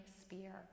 spear